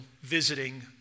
visiting